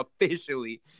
Officially